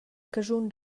caschun